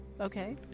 Okay